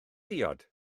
diod